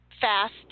fast